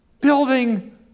Building